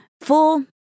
Full